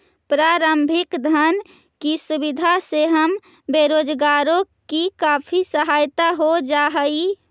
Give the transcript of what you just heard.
प्रारंभिक धन की सुविधा से हम बेरोजगारों की काफी सहायता हो जा हई